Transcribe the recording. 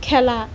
খেলা